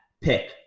pick